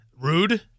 Rude